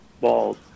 balls